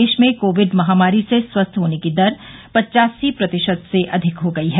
देश में कोविड महामारी से स्वस्थ होने की दर पचासी प्रतिशत से अधिक हो गई है